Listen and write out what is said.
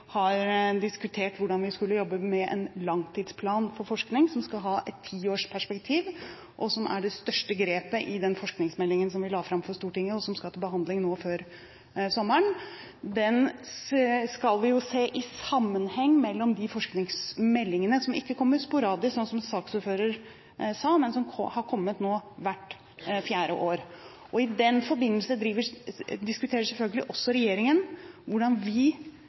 har også brukt den når vi har diskutert hvordan vi skal jobbe med en langtidsplan for forskning, som skal ha et tiårsperspektiv, og som er det største grepet i den forskningsmeldingen vi la fram for Stortinget, og som skal til behandling nå før sommeren. Den skal vi se i sammenheng med de forskningsmeldingene som ikke kommer sporadisk, som saksordføreren sa, men som har kommet nå hvert fjerde år. I den forbindelse diskuterer selvfølgelig også regjeringen hvordan vi